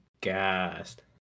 gassed